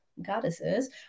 goddesses